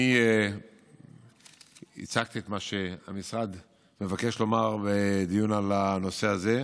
אני הצגתי את מה שהמשרד מבקש לומר בדיון על הנושא הזה.